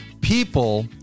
People